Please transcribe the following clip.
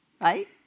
right